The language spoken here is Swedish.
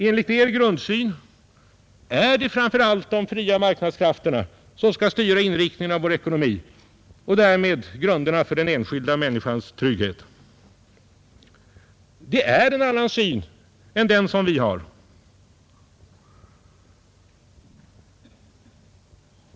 Enligt er grundsyn är det framför allt de fria Tisdagen den marknadskrafterna som skall styra inriktningen av vår ekonomi och 30 mars 1971 därmed grunderna för den enskilda människans trygghet. Det är en annan syn än den som vi har.